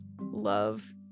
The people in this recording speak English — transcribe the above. love